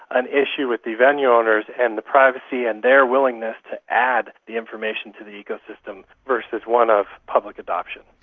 an issue with the venue owners and the privacy and their willingness to add the information to the ecosystem versus one of public adoption.